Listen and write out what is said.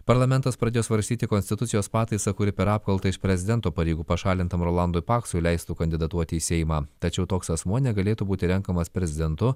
parlamentas pradėjo svarstyti konstitucijos pataisą kuri per apkaltą iš prezidento pareigų pašalintam rolandui paksui leistų kandidatuoti į seimą tačiau toks asmuo negalėtų būti renkamas prezidentu